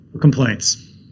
complaints